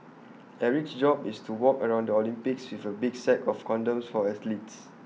Eric's job is to walk around Olympics with A big sack of condoms for athletes